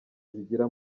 zigira